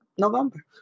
November